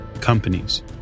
companies